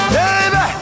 Baby